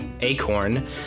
Acorn